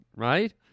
Right